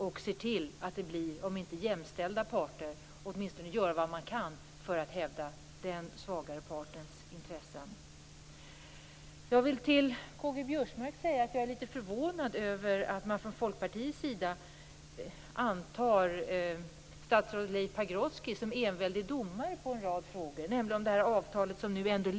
Om det inte blir jämställda parter måste man åtminstone göra vad man kan för att hävda den svagare partens intressen. Jag vill till K-G Biörsmark säga att jag är litet förvånad över att man från Folkpartiets sida antar statsrådet Leif Pagrotsky som enväldig domare i en rad frågor som gäller det avtal som föreligger.